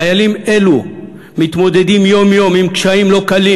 חיילים אלו מתמודדים יום-יום עם קשיים לא קלים.